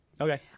Okay